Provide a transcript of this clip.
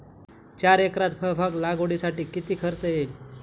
चार एकरात फळबाग लागवडीसाठी किती खर्च येईल?